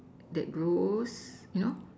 that's grows you know